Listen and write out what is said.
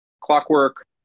clockwork